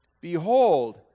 Behold